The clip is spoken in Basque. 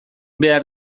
behar